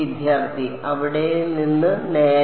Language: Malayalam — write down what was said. വിദ്യാർത്ഥി അവിടെ നിന്ന് നേരെ